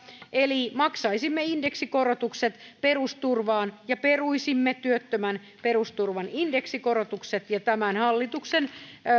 eli maksaisimme indeksikorotukset perusturvaan ja peruisimme työttömän perusturvan indeksikorotukset ja tämän hallituksen